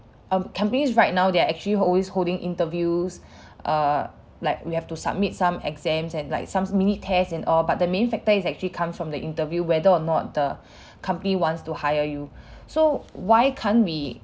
um companies right now they're actually always holding interviews err like we have to submit some exams and like some mini test and all but the main factor is actually comes from the interview whether or not the company wants to hire you so why can't we